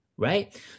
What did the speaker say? Right